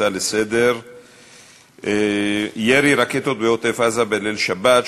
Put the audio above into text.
הצעה לסדר-היום: ירי רקטות בעוטף-עזה בליל שבת,